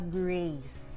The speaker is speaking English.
grace